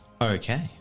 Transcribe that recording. Okay